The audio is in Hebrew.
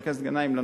חבר הכנסת גנאים,